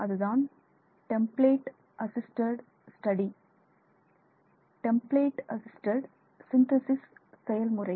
அது தான் template assisted study template assisted synthesis செயல்முறை